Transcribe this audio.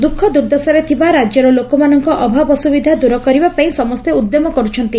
ଦୁଖଦୁର୍ଦ୍ଦଶାରେ ଥିବା ରାଜ୍ୟର ଲୋକମାନଙ୍କ ଅଭାବ ଅସ୍ବବିଧା ଦୂର କରିବା ପାଇଁ ସମସ୍ତେ ଉଦ୍ୟମ କରୁଛନ୍ତି